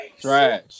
Trash